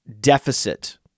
deficit